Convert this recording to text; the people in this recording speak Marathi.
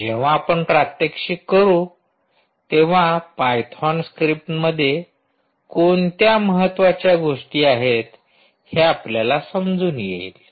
जेव्हा आपण प्रात्यक्षिक करू तेव्हा पायथोन स्क्रिप्टमध्ये कोणत्या महत्वाच्या गोष्टी आहेत हे आपल्याला समजून येईल